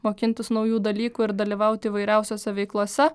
mokintis naujų dalykų ir dalyvauti įvairiausiose veiklose